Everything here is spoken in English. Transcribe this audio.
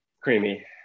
Creamy